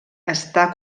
està